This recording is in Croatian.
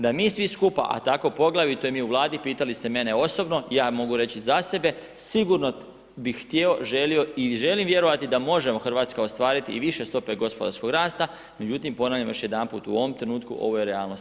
Da mi svi skupa, a tako poglavito i mi u Vladi, pitali ste mene osobno, ja mogu reći za sebe, sigurno bih htjeo, želio i želim vjerovati da možemo Hrvatska ostvariti i više stope gospodarskog rasta, no međutim, ponavljam još jedanput, u ovom trenutku ovo je realnost.